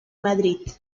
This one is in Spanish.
madrid